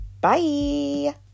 Bye